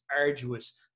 arduous